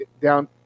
down